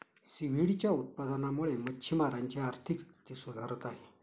सीव्हीडच्या उत्पादनामुळे मच्छिमारांची आर्थिक स्थिती सुधारत आहे